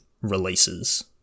releases